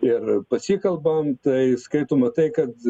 ir pasikalbam tais kai tu matai kad